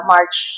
March